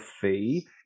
fee